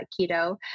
keto